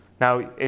Now